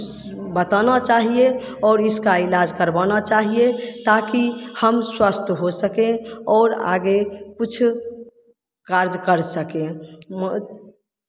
बताना चाहिए और इसका इलाज करवाना चाहिए ताकि हम स्वस्थ हो सकें ओर आगे कुछ कार्य कर सकें